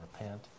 repent